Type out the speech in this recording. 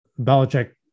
Belichick